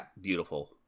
beautiful